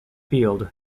field